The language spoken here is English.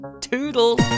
toodle